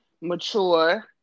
mature